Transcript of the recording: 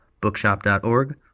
bookshop.org